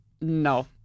No